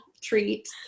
treat